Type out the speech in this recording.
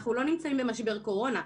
אנחנו לא נמצאים במשבר קורונה.